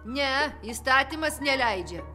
ne įstatymas neleidžia